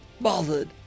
bothered